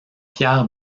pierre